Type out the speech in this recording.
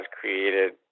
created